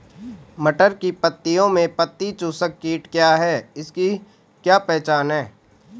मटर की पत्तियों में पत्ती चूसक कीट क्या है इसकी क्या पहचान है?